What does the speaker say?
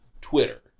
Twitter